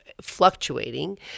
fluctuating